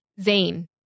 Zane